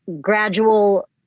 gradual